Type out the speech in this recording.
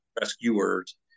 rescuers